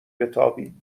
بتابیم